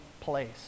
place